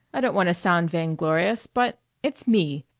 i don't want to sound vainglorious, but it's me,